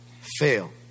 fail